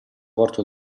porto